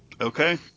Okay